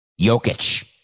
Jokic